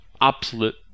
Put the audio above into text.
absolute